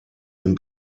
dem